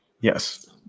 Yes